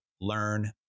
learn